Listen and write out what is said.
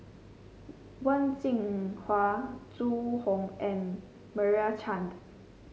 Wen Jinhua Zhu Hong and Meira Chand